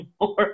more